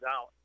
out